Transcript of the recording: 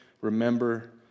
remember